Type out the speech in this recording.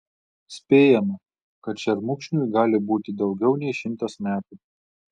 spėjama kad šermukšniui gali būti daugiau nei šimtas metų